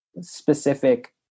specific